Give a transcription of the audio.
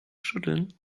schütteln